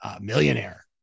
millionaire